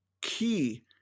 key